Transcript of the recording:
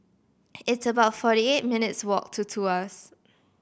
it's about forty eight minutes' walk to Tuas